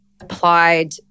applied